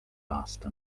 aastal